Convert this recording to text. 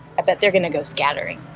i bet they're gonna go scattering.